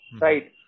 right